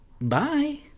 Bye